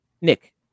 Nick